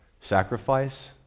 sacrifice